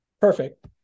Perfect